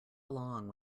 along